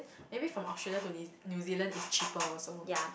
maybe from Australia to New-Zea~ New-Zealand is cheaper also